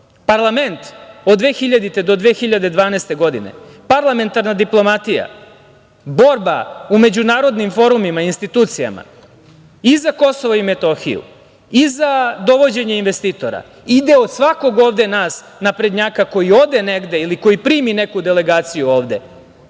Parlament od 2000. godine do 2012. godine, parlamentarna diplomatija, borba u međunarodnim forumima i institucijama i za Kosovo i Metohiju i za dovođenje investitora ide od svakog ovde nas naprednjaka koji ode negde ili primi neku delegaciju ovde,